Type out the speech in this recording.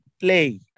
play